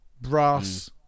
Brass